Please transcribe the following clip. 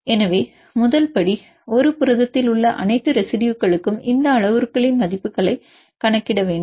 எனவே முதல் படி ஒரு புரதத்தில் உள்ள அனைத்து ரெசிடுயுகளுக்கும் இந்த அளவுருக்களின் மதிப்புகளை கணக்கிட வேண்டும்